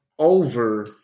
over